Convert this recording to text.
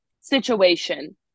situation